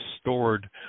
stored